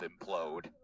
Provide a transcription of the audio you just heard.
implode